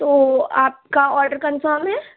تو آپ کا آڈر کنفرم ہے